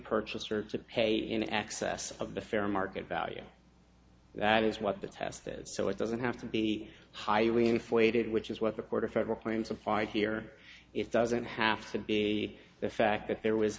purchaser to pay in excess of the fair market value that is what the test is so it doesn't have to be highly inflated which is what the court of federal claims of fire here it doesn't have to be the fact that there was